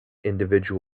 individual